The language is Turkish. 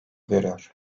görüyor